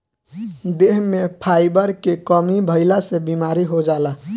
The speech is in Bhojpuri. देह में फाइबर के कमी भइला से बीमारी हो जाला